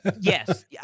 yes